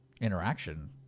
Interaction